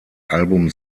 album